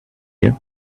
you